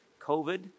COVID